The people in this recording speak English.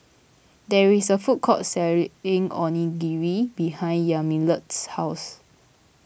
there is a food court selling Onigiri behind Yamilet's house